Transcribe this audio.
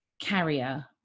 carrier